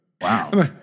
Wow